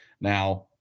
Now